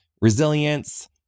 resilience